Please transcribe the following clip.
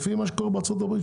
לפי מה שקורה בארצות הברית,